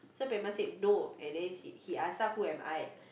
so said no and then he he asks ah who am I